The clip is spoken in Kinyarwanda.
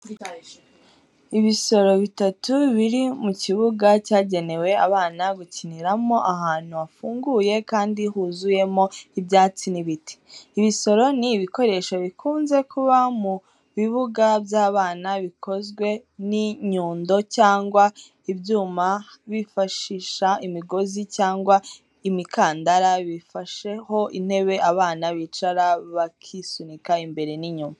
Ibisoro bitatu biri mu kibuga cyagenewe abana gukiniramo ahantu hafunguye kandi huzuyemo ibyatsi n’ibiti. Ibisoro ni ibikoresho bikunze kuba mu bibuga by’abana bikozwe n'inyundo cyangwa ibyuma bifashisha imigozi cyangwa imikandara bifasheho intebe abana bicara bakisunika imbere n’inyuma.